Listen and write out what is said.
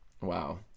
Wow